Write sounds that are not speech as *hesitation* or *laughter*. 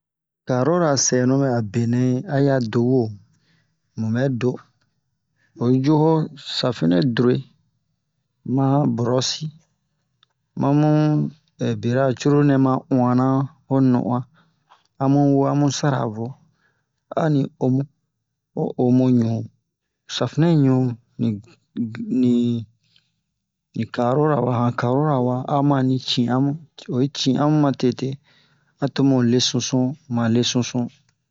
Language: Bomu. carora sɛnu bɛ'a benɛ a ya do wo mubɛ do oyi ju ho safinɛ dure ma brosi ma mu *hesitation* bera cruru nɛ ma uwana ho non'uwan a mu wo a mu sara vo ani omu ho omuɲu safinɛ ɲu ni ni ni carora wa han carora wa ama ni ci'an mu oyi ci'an mu ma tete a to mu le susu mu ma le susu